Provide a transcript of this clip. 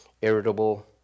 irritable